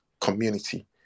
community